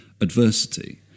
adversity